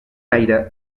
aire